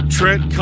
Trent